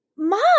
mom